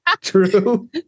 True